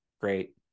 great